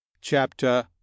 chapter